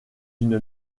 une